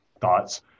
thoughts